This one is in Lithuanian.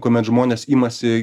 kuomet žmonės imasi